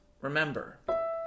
remember